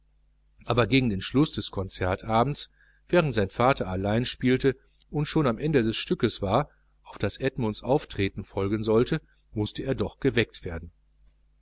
aber gegen den schluß des konzertabends während sein vater allein spielte und schon am ende des stückes war auf das edmunds auftreten folgen sollte mußte er doch geweckt werden